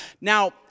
Now